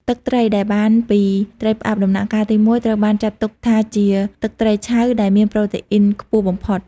ទឹកត្រីដែលបានពី ត្រីផ្អាប់ ដំណាក់កាលទីមួយត្រូវបានចាត់ទុកថាជា ទឹកត្រីឆៅ ដែលមានប្រូតេអ៊ីនខ្ពស់បំផុត។